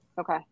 Okay